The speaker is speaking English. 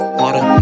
water